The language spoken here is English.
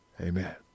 Amen